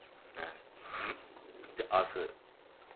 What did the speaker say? ते अस